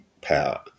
power